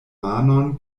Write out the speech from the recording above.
manon